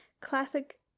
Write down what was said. classic